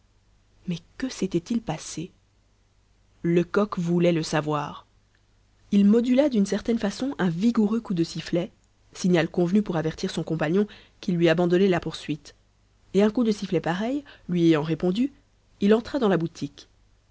mais que s'était-il passé lecoq voulait le savoir il modula d'une certaine façon un vigoureux coup de sifflet signal convenu pour avertir son compagnon qu'il lui abandonnait la poursuite et un coup de sifflet pareil lui ayant répondu il entra dans la boutique